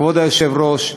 כבוד היושב-ראש,